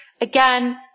Again